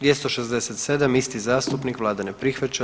267. isti zastupnik, vlada ne prihvaća.